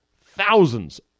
thousands